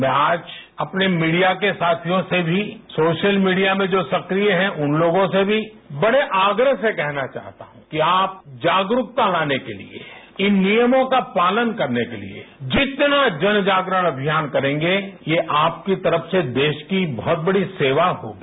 मैं आज अपने मीडिया के साथियों से भी सोशल मीडिया में जो सक्रिय हैं उन लोगों से भी बड़े आग्रह से कहना चाहता हूँ कि आप जागरूकता लाने के लिए इन नियमों का पालन करने के लिए जितना जन जागरण अभियान करेंगे ये आपकी तरफ से देश की बहुत बड़ी सेवा होगी